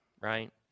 right